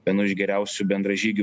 vienu iš geriausių bendražygių